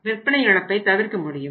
விற்பனை இழப்பை தவிர்க்க முடியும்